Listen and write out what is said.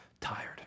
tired